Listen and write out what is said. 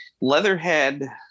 Leatherhead